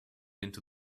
into